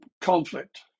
conflict